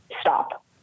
Stop